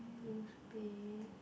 blue spade